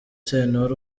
sentore